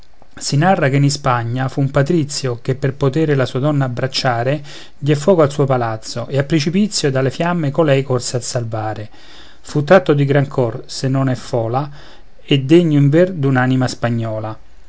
si narra che in ispagna fu un patrizio che per poter la sua donna abbracciare dié fuoco al suo palazzo e a precipizio dalle fiamme colei corse a salvare fu tratto di gran cor se non è fola e degno inver d'un'anima spagnola